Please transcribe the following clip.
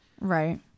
Right